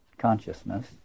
consciousness